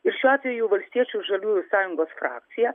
ir šiuo atveju valstiečių ir žaliųjų sąjungos frakcija